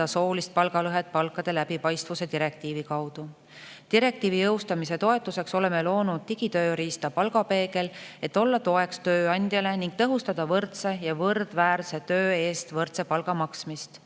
soolist palgalõhet palkade läbipaistvuse direktiivi kaudu. Direktiivi jõustamise toetuseks oleme loonud digitööriista Palgapeegel, et olla toeks tööandjale ning tõhustada võrdse ja võrdväärse töö eest võrdse palga maksmist.